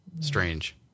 Strange